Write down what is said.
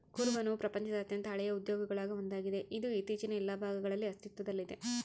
ಕುರುಬನವು ಪ್ರಪಂಚದ ಅತ್ಯಂತ ಹಳೆಯ ಉದ್ಯೋಗಗುಳಾಗ ಒಂದಾಗಿದೆ, ಇದು ಜಗತ್ತಿನ ಎಲ್ಲಾ ಭಾಗಗಳಲ್ಲಿ ಅಸ್ತಿತ್ವದಲ್ಲಿದೆ